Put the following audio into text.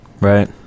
right